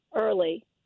early